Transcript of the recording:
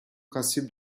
principes